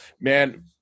man